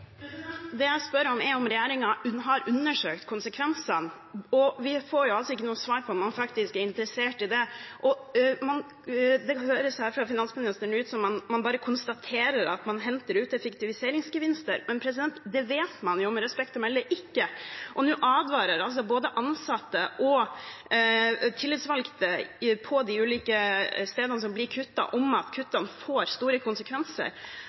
Det åpnes for oppfølgingsspørsmål – først Kari Elisabeth Kaski. Det jeg spør om, er om regjeringen har undersøkt konsekvensene. Vi får ikke noe svar på om man faktisk er interessert i det. Det høres fra finansministeren ut som om man bare konstaterer at man henter ut effektiviseringsgevinster – men det vet man med respekt å melde ikke. Nå advarer både ansatte og tillitsvalgte på de ulike stedene der det blir kuttet, om at kuttene får store konsekvenser.